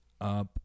up